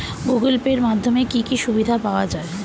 Google Pay এর মাধ্যমে কি কি সুবিধা পাওয়া যায়?